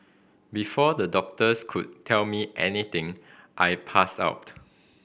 before the doctors could tell me anything I passed out